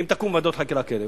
אם יקומו ועדות חקירה כאלה,